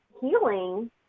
healing